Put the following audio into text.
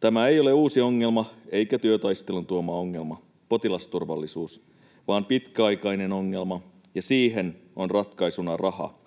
Tämä ei ole uusi ongelma eikä työtaistelun tuoma ongelma, potilasturvallisuus, vaan pitkäaikainen ongelma, ja siihen on ratkaisuna raha.